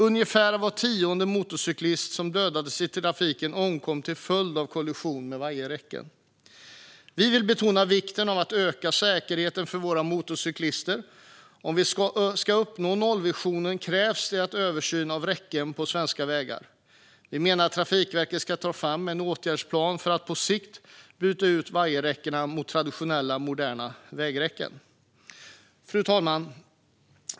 Ungefär var tionde motorcyklist som dödades i trafiken omkom till följd av kollision med vajerräcken. Vi vill betona vikten av att öka säkerheten för våra motorcyklister. Om vi ska uppnå nollvisionen krävs det en översyn av räcken på svenska vägar. Vi menar att Trafikverket ska ta fram en åtgärdsplan för att på sikt byta ut vajerräckena mot moderna versioner av traditionella vägräcken. Fru talman!